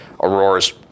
Aurora's